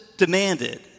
demanded